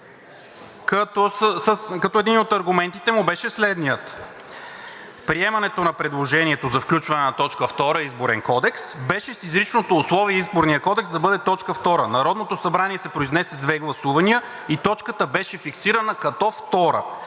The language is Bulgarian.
като един от аргументите му беше следният – приемането на предложението за включване на точка втора – Изборен кодекс – беше с изричното условие Изборният кодекс да бъде точка втора. Народното събрание се произнесе с две гласувания и точката беше фиксирана като